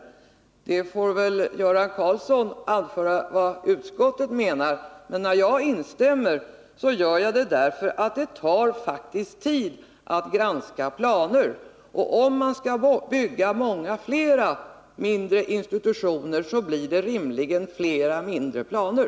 Göran Karlsson får väl anföra vad utskottet menar, men när jag instämmer med utskottet gör jag det därför att det tar faktiskt tid att granska planer, och om man skall bygga flera mindre institutioner, blir det rimligen flera mindre planer.